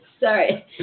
Sorry